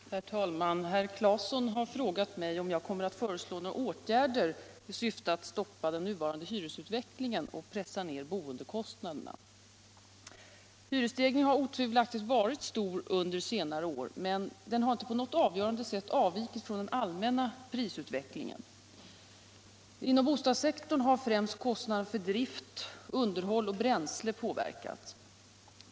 Herr talman! Herr Claeson har frågat mig om jag kommer att föreslå några åtgärder i syfte att stoppa den nuvarande hyresutvecklingen och pressa ned boendekostnaderna. Hyresstegringen har otvivelaktigt varit stor under senare år, men den har inte på något avgörande sätt avvikit från den allmänna prisutvecklingen. Inom bostadssektorn har främst kostnaderna för drift, underhåll och bränsle påverkats.